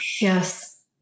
Yes